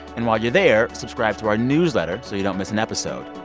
and while you're there, subscribe to our newsletter so you don't miss an episode.